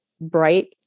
bright